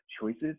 choices